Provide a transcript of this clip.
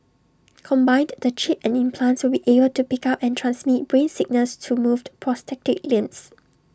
combined the chip and implants will be able to pick up and transmit brain signals to moved prosthetic limbs